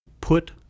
Put